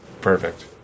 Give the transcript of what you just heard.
Perfect